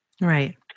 Right